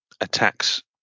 attacks